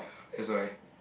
that's why